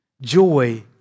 Joy